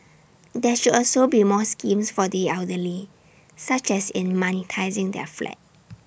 there should also be more schemes for the elderly such as in monetising their flat